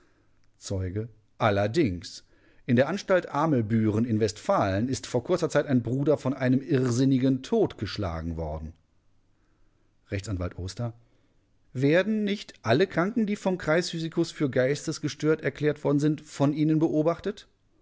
zeuge allerdings in der anstalt amelbüren in westfalen ist vor kurzer zeit ein bruder von einem irrsinnigen totgeschlagen worden rechtsanwalt oster werden nicht alle kranken die vom kreisphysikus für geistesgestört erklärt worden sind von ihnen beobachtet